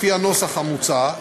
לפי הנוסח המוצע,